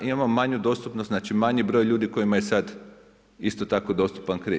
Imamo manju dostupnost, znači manji broj ljudi kojima je sad isto tako dostupan kredit.